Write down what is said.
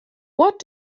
what